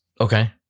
Okay